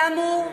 כאמור,